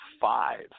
five